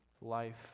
life